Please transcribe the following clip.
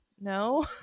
No